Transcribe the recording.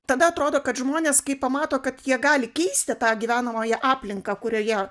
tada atrodo kad žmonės kai pamato kad jie gali keisti tą gyvenamąją aplinką kurioje